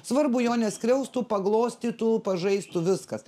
svarbu jo neskriaustų paglostytų pažaistų viskas